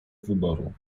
wyboru